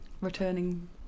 returning